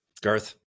Garth